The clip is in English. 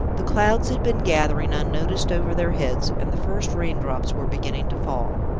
the clouds had been gathering unnoticed over their heads, and the first rain-drops were beginning to fall.